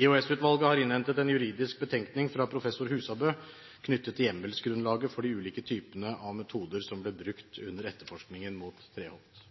EOS-utvalget har innhentet en juridisk betenkning fra professor Husabø knyttet til hjemmelsgrunnlaget for de ulike typene av metoder som ble brukt under etterforskningen av Treholt.